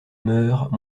meurt